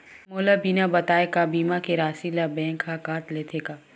मोला बिना बताय का बीमा के राशि ला बैंक हा कत लेते का?